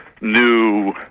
new